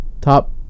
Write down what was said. top